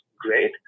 great